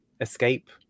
escape